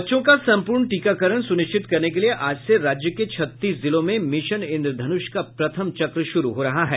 बच्चों का संपूर्ण टीकाकरण सुनिश्चित करने के लिए आज से राज्य के छत्तीस जिलों में मिशन इंद्रधनुष का प्रथम चक्र शुरू हो रहा है